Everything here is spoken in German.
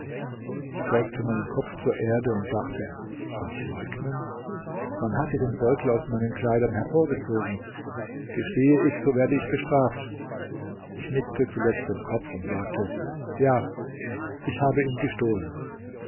ich beugte meinen kopf zur erde und dachte soll ich leugnen man hat ja den beutel aus meinen kleidern hervorgezogen gestehe ich so werde ich bestraft ich nickte zuletzt den kopf und sagte ja ich habe ihn gestohlen